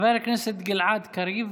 חבר הכנסת גלעד קריב,